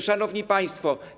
Szanowni Państwo!